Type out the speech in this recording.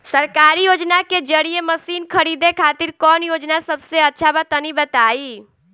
सरकारी योजना के जरिए मशीन खरीदे खातिर कौन योजना सबसे अच्छा बा तनि बताई?